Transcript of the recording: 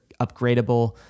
upgradable